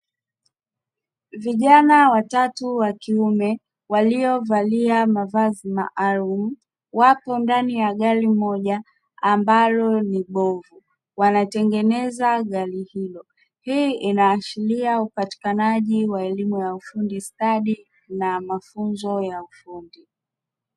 Vijana watatu wa kiume waliovalia mavazi maalumu, wapo ndani ya gari moja ambalo ni bovu wanatengeneza gari hilo, hii inaashiria upatikanaji wa elimu ya ufundi stadi na mafunzo ya ufundi.